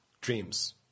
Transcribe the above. dreams